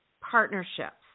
partnerships